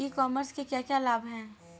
ई commerce के क्या क्या लाभ हैं?